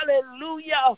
Hallelujah